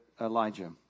Elijah